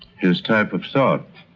his type of thought.